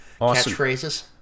catchphrases